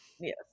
yes